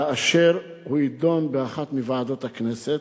כאשר הוא יידון באחת מוועדות הכנסת,